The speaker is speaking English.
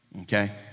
okay